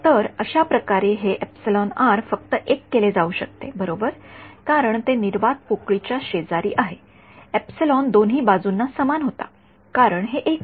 तर अशाप्रकारे हे फक्त १ केले जाऊ शकते बरोबर कारण ते निर्वात पोकळीच्या शेजारी आहे एप्सिलॉन बाजू दोन्ही बाजूंना समान होता तर हे १ आहे